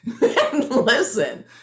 Listen